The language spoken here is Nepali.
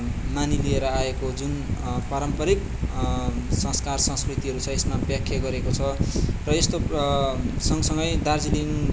मानिलिएर आएको जुन पारम्पारिक संस्कार संस्कृतिहरू छ यसमा व्याख्या गरेको छ र यस्तो सँगसँगै दार्जिलिङ